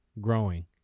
growing